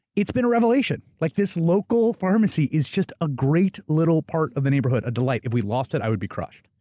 it's been a revelation. like this local pharmacy is just a great little part of the neighborhood, a delight. if we lost it, i would be crushed.